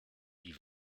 die